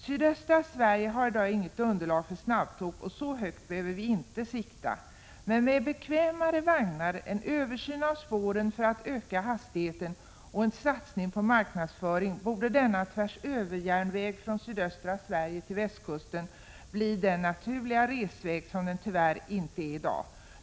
Sydöstra Sverige har i dag inte underlag för snabbtåg, och så högt behöver vi inte sikta. Men med bekvämare vagnar, en översyn av spåren för att öka hastigheten och en satsning på marknadsföring borde denna tvärsöverjärnväg från sydöstra Sverige till västkusten bli den naturliga resväg som den tyvärr inte är i dag.